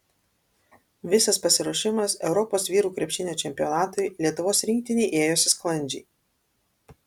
visas pasiruošimas europos vyrų krepšinio čempionatui lietuvos rinktinei ėjosi sklandžiai